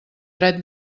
dret